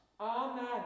Amen